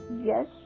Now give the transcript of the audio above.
Yes